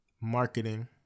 marketing